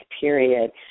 period